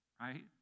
right